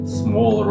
small